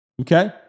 okay